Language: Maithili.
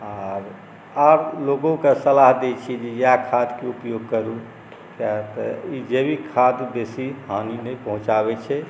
आओर आब लोकोके सलाह दै छिए कि इएह खादके उपयोग करू किएक तऽ ई जैविक खाद बेसी हानि नहि पहुँचाबै छै